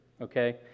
Okay